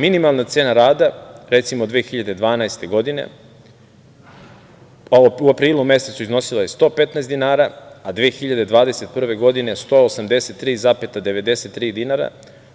Minimalna cena rada, recimo 2012. godine u aprilu mesecu, iznosila je 115 dinara, a 2021. godine 183,93 dinara,